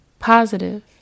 positive